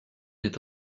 n’est